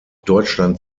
deutschland